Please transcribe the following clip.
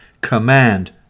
command